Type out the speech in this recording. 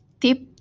Tip